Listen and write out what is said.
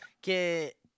que